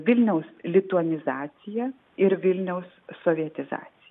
vilniaus lituanizacija ir vilniuas sovietizacija